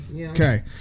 Okay